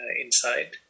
inside